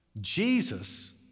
Jesus